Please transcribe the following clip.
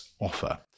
offer